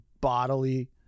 bodily